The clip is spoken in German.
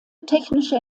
technische